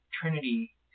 trinity